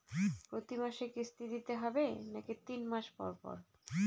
প্রতিমাসে কিস্তি দিতে হবে নাকি তিন মাস পর পর?